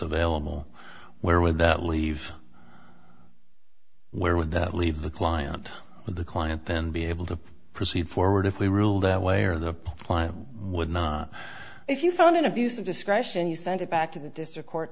available where would that leave where would that leave the client with the client then be able to proceed forward if we rule that way or the client would not if you found an abuse of discretion you send it back to the district court